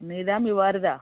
నీదా మీ వారిదా